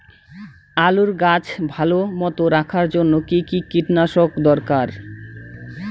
আলুর গাছ ভালো মতো রাখার জন্য কী কী কীটনাশক দরকার?